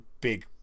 big